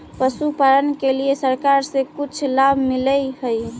पशुपालन के लिए सरकार से भी कुछ लाभ मिलै हई?